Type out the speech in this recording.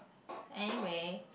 anyway